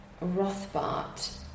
Rothbart